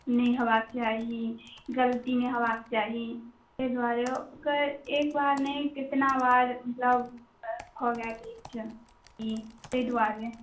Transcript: नहि हेबाक चाही गलती नहि हेबाक चाही ताहि दुआरे ओकर एक बार नहि जतना बेर मतलब भऽ गेल अछि ताहि दुआरे